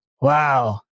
wow